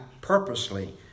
purposely